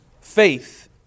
faith